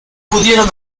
pudieron